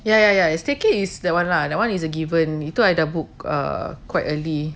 ya ya ya staycay is that [one] lah that [one] is a given itu ada book err quite early